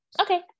okay